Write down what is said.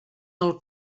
del